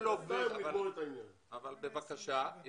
אבל, בבקשה,